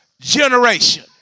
generation